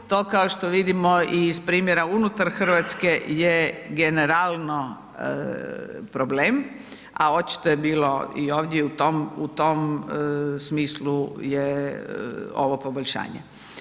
To kao što vidimo i iz primjera unutar Hrvatske je generalno problem a očito je bilo i ovdje u tom smislu je ovo poboljšanje.